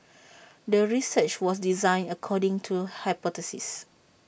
the research was designed according to hypothesis